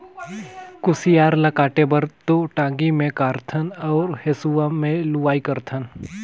कुसियार ल काटे बर तो टांगी मे कारथन अउ हेंसुवा में लुआई करथन